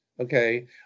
okay